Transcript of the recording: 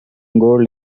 gold